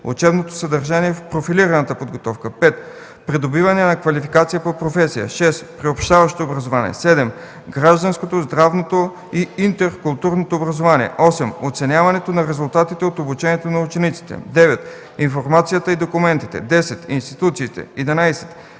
учебното съдържание в профилираната подготовка; 5. придобиването на квалификация по професия; 6. приобщаващото образование; 7. гражданското, здравното и интеркултурното образование; 8. оценяването на резултатите от обучението на учениците; 9. информацията и документите; 10. институциите; 11.